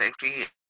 safety